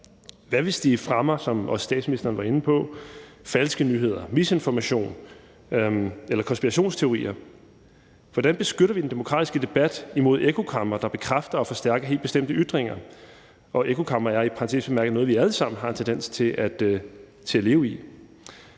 Hvad, hvis de, som også statsministeren var inde på, fremmer falske nyheder, misinformation eller konspirationsteorier? Hvordan beskytter vi den demokratiske debat imod ekkokamre, der bekræfter og forstærker helt bestemte ytringer? Og ekkokamre er i parentes bemærket noget, vi alle sammen har en tendens til at leve i.